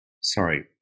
sorry